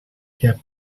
que